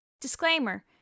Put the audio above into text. Disclaimer